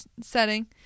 setting